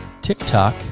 TikTok